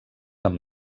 amb